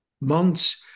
months